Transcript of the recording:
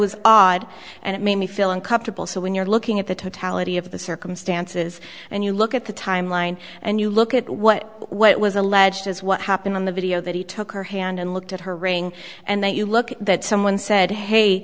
was odd and it made me feel uncomfortable so when you're looking at the totality of the circumstances and you look at the timeline and you look at what what was alleged as what happened on the video that he took her hand and looked at her ring and that you look at that someone said hey